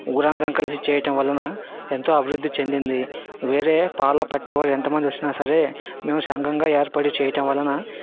ఊరు అందరం కలిసి చేయడం వలన ఎంతో అభివృద్ధి చెందింది వేరే పాల పట్టి వాళ్ళు ఎంతమంది వచ్చినా సరే మేము సంఘంగా ఏర్పడి చేయడం వలన